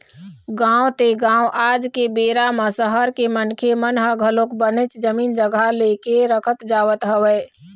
गाँव ते गाँव आज के बेरा म सहर के मनखे मन ह घलोक बनेच जमीन जघा ले के रखत जावत हवय